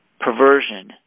perversion